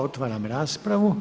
Otvaram raspravu.